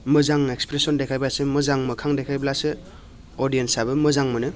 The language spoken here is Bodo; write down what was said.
मोजां एक्सफ्रेसन देखायब्लासो मोजां मोखां देखायब्लासो अडियेन्सआबो मोजां मोनो